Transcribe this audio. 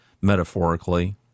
metaphorically